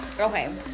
Okay